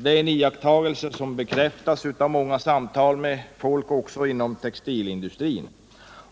Det är en iakttagelse som bekräftas av många samtal med folk också inom textilindustrin.